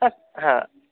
হ্যাঁ হ্যাঁ